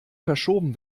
verschoben